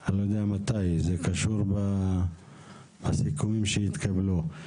אני לא יודע מתי, זה קשור לסיכומים שיתקבלו.